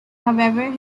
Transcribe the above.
however